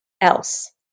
else